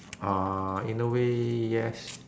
uh in a way yes